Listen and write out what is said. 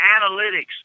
analytics